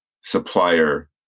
supplier